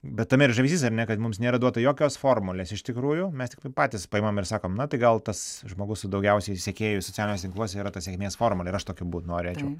bet tame ir žavesys ar ne kad mums nėra duota jokios formulės iš tikrųjų mes tiktai patys paimam ir sakom na tai gal tas žmogus su daugiausiai sekėjų socialiniuose tinkluose yra ta sėkmės formulė ir aš tokiu būt norėčiau